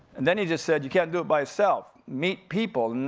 and then he just said, you can't do it by yourself, meet people. and